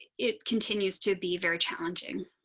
it continues to be very challenging.